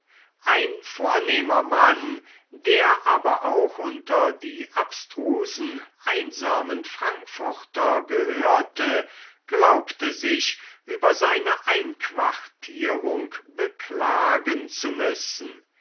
ein vornehmer mann der aber auch unter die abstrusen einsamen frankfurter gehörte glaubte sich über seine einquartierung beklagen zu müssen